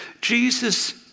Jesus